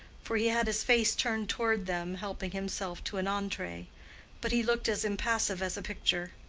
for he had his face turned toward them helping himself to an entree but he looked as impassive as a picture.